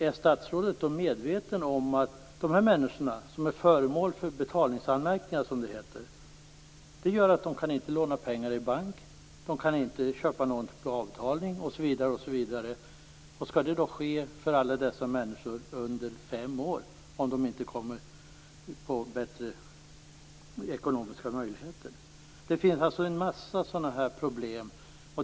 Är statsrådet medveten om att de människor som är föremål för betalningsanmärkningar, som det heter, inte kan låna pengar i en bank, de kan inte köpa något på avbetalning osv. Skall det pågå i fem år om de inte får bättre ekonomiska möjligheter? Det finns en mängd sådana problem.